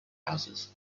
houses